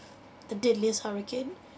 the deadliest hurricane